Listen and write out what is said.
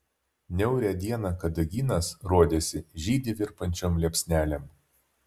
niaurią dieną kadagynas rodėsi žydi virpančiom liepsnelėm